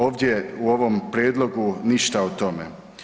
Ovdje u ovom prijedlogu ništa o tome.